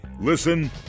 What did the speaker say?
Listen